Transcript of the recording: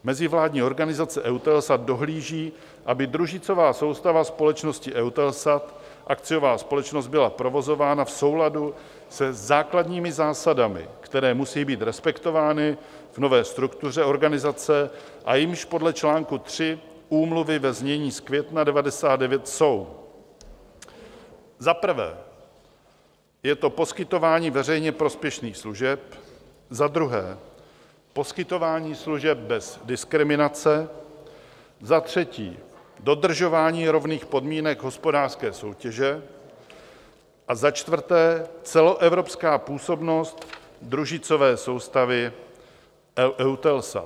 Mezivládní organizace EUTELSAT dohlíží, aby družicová soustava společnosti EUTELSAT, akciová společnost, byla provozována v souladu se základními zásadami, které musejí být respektovány v nové struktuře organizace a jimiž podle článku 3 Úmluvy ve znění z května jsou: za prvé je to poskytování veřejně prospěšných služeb, za druhé poskytování služeb bez diskriminace, za třetí dodržování rovných podmínek hospodářské soutěže a za čtvrté celoevropská působnost družicové soustavy EUTELSAT.